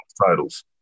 titles